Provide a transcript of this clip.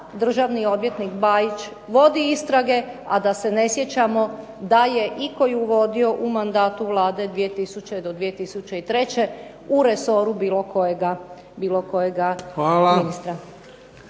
državni odvjetnik Bajić vodi istrage, a da se ne sjećamo da je ikoju vodio u mandatu Vlade 2000. do 2003. u resoru bilo kojega ministra.